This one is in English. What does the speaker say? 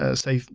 ah say,